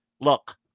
Look